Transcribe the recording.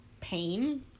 pain